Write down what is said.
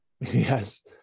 yes